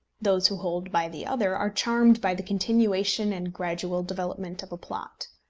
those who hold by the other are charmed by the continuation and gradual development of a plot.